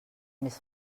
més